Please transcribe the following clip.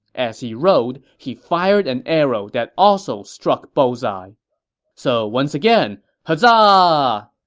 as he rode, he fired an arrow that also struck bullseye so once again, huzzah! ah